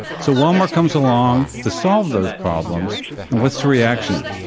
so, walmart comes along to solve those problems and what's the reaction?